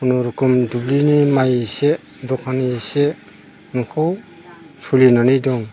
खुनुरुखुम दुब्लिनि माइ एसे दखाननि एसे न'खौ सोलिनानै दं